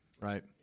Right